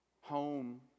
Home